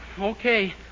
okay